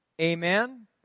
Amen